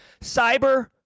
cyber